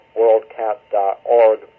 worldcat.org